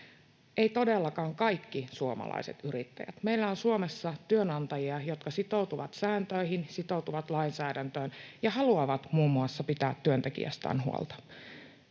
todellakaan kaikki suomalaiset yrittäjät — meillä on Suomessa työnantajia, jotka sitoutuvat sääntöihin, sitoutuvat lainsäädäntöön ja haluavat muun muassa pitää työntekijästään huolta.